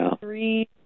three